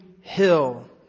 hill